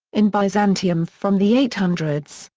in byzantium from the eight hundred so